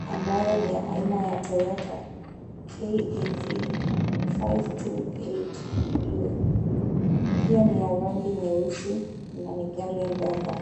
ambayo ni ya aina ya Toyota KAG 528U. Pia ni ya rangi nyeusi na ni gari ndogo.